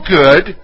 good